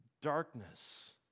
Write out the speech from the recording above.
darkness